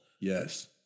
Yes